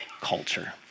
culture